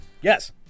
Yes